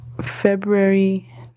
February